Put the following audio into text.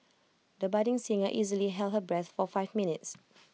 the budding singer easily held her breath for five minutes